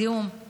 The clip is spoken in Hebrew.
זיהום,